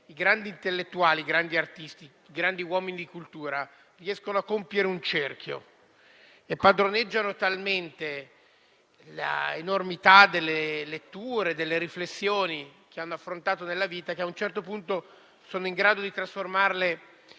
i grandi intellettuali, i grandi artisti, i grandi uomini di cultura riescono a compiere un cerchio e padroneggiano talmente tanto l'enormità delle letture e delle riflessioni che hanno affrontato nella vita che, a un certo punto, sono in grado di trasformarle